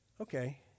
okay